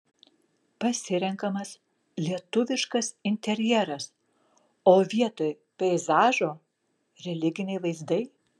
pasirenkamas lietuviškas interjeras o vietoj peizažo religiniai vaizdai